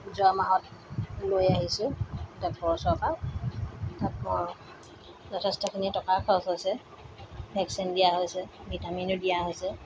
যোৱা মাহত লৈ আহিছোঁ ডক্টৰৰ ওচৰৰ পৰা যথেষ্টখিনি টকা খৰচ হৈছে ভেকচিন দিয়া হৈছে ভিটামিনো দিয়া হৈছে